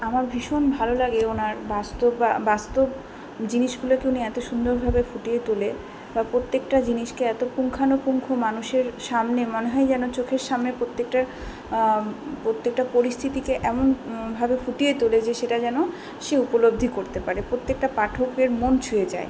আমার ভীষণ ভালো লাগে ওনার বাস্তব বা বাস্তব জিনিসগুলোকে উনি এত সুন্দরভাবে ফুটিয়ে তোলে বা প্রত্যেকটা জিনিসকে এত পুঙ্খানুপুঙ্খ মানুষের সামনে মনে হয় যেন চোখের সামনে প্রত্যেকটার প্রত্যেকটা পরিস্থিতিকে এমন ভাবে ফুটিয়ে তোলে যে সেটা যেন সে উপলব্ধি করতে পারে প্রত্যেকটা পাঠকের মন ছুঁয়ে যায়